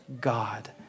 God